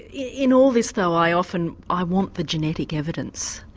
yeah in all this though i often, i want the genetic evidence,